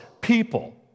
people